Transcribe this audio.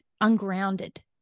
ungrounded